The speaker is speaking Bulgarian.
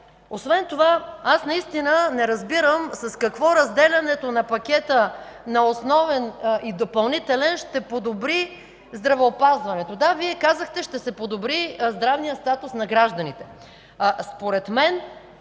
Освен това аз наистина не разбирам с какво разделянето на пакета на основен и допълнителен ще подобри здравеопазването? Вие казахте, че ще се подобри здравният статус на гражданите.